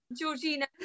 Georgina